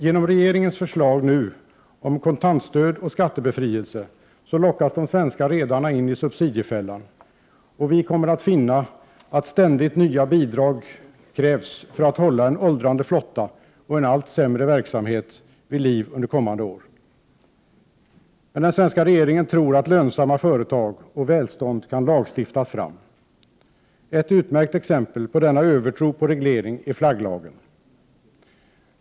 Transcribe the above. Genom regeringens förslag om kontantstöd och skattebefrielse lockas de svenska redarna nu in i subsidiefällan, och vi kommer att finna att ständigt nya bidrag krävs för att hålla en åldrande flotta och en allt sämre verksamhet vid liv under kommande år. Den svenska regeringen tror att lönsamma företag och välstånd kan lagstiftas fram. Ett utmärkt exempel på denna övertro på reglering är flagglagen.